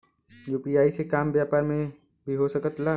UPI के काम व्यापार में भी हो सके ला?